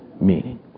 meaning